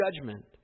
judgment